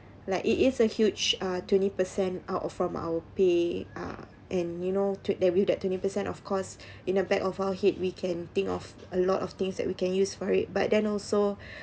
like it is a huge uh twenty per cent out of from our pay uh and you know to debut that twenty per cent of course in the back of our head we can think of a lot of things that we can use for it but then also